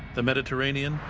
the mediterranean,